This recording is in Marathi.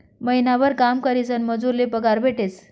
महिनाभर काम करीसन मजूर ले पगार भेटेस